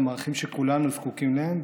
הם ערכים שכולנו זקוקים להם,